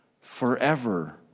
Forever